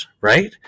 right